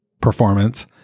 performance